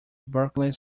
brkan